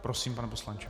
Prosím, pane poslanče.